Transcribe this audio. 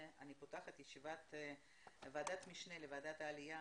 השעה 10:08 ואני פותחת את ישיבת ועדת המשנה לוועדת העלייה,